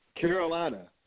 Carolina